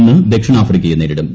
ഇന്ന് ദക്ഷിണാഫ്രിക്കയെ നേരിടും